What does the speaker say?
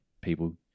people